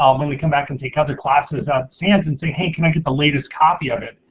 um when we come back and take other classes at sans and say, hey, can i get the latest copy of it?